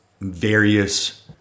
various